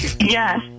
Yes